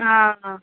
हँ